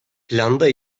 planda